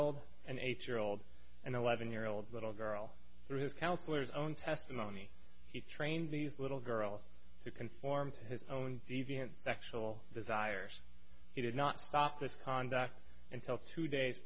old an eight year old an eleven year old little girl through his counselors own testimony he trained these little girls to conform to his own deviant sexual desires he did not stop this conduct until two days